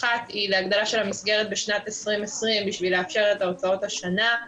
האחת היא להגדלת המסגרת בשנת 2020 בשביל לאפשר את ההוצאות השנה,